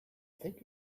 think